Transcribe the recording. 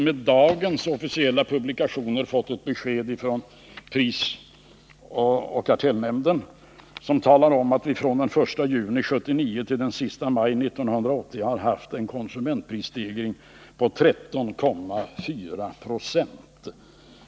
Med dagens officiella publikationer har vi ju fått ett besked från prisoch kartellnämnden som innebär att vi från den 1 juni 1979 till den sista maj 1980 har haft en konsumentprisstegring på 13,4 20.